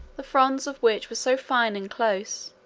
the fronds of which were so fine and close,